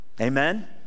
Amen